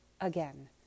again